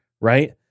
right